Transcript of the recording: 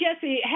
Jesse